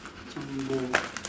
Jumbo